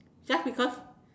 just because